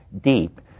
deep